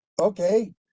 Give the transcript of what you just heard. okay